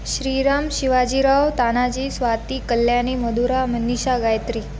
Shriram Shivajirao Tanaji Swati Kalyani Madhura Manisha Gayatri